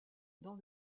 dans